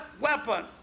weapon